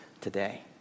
today